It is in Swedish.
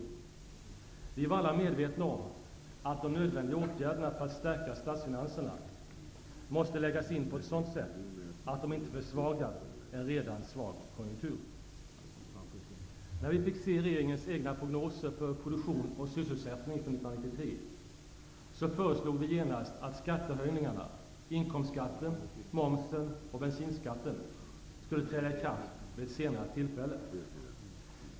Vi var alla medvetna om att de nödvändiga åtgärderna för att stärka statsfinanserna måste läggas in på ett sådant sätt att de inte försvagar en redan svag konjunktur. När vi fick se regeringens egna prognoser för produktion och sysselsättning för 1993, föreslog vi genast att skattehöjningarna - det gällde inkomstskatten, momsen och bensinskatten - skulle träda i kraft vid ett senare tillfälle.